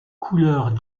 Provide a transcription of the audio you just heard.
couleurs